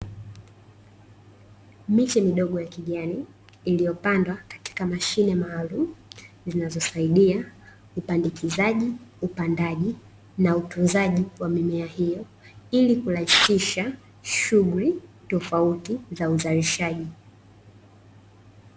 Miche midogo ya kijani iliyopandwa katika mashine maalumu, zinazosaidia upandikizaji, upandaji, na utunzaji wa mimea hiyo, ili kurahisisha shughuli tofauti za uzalishaji.